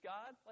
God